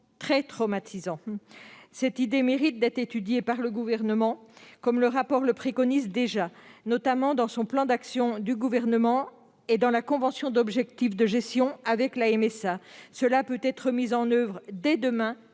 traumatisant. Cette idée mérite d'être étudiée par le Gouvernement, comme le rapport le préconisait déjà, notamment son plan d'action et la convention d'objectifs et de gestion avec la MSA. Cela peut être mis en oeuvre dès demain,